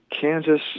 Kansas